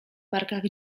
wargach